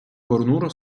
понуро